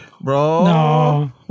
Bro